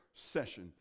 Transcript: session